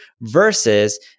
versus